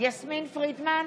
יסמין פרידמן,